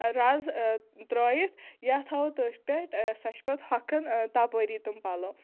رَز ترٛٲوِتھ یا تھاوَو تٔتھۍ پٮ۪ٹھ سۅ چھِ پَتہٕ ہۅکھان تَپٲری تِم پَلَو